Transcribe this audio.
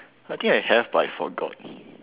I think I have but I forgot